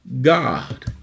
God